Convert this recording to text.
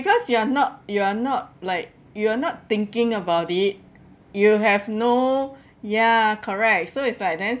because you are not you are not like you're not thinking about it you have no ya correct so it's like then